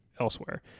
elsewhere